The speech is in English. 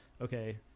Okay